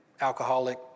alcoholic